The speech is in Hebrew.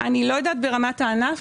אני לא יודעת ברמת הענף.